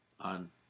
on